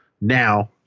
now